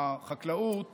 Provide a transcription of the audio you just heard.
החקלאות